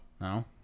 No